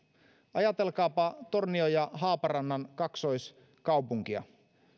ajatelkaapa tornion ja haaparannan kaksoiskaupunkia